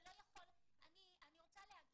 אתה לא יכול אני רוצה להגיד,